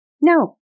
no